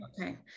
Okay